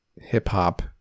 hip-hop